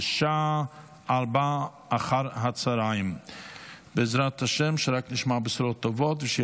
בשעה 16:00. בעזרת השם, שרק נשמע בשורות טובות,